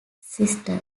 system